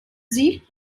sich